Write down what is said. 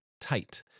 tight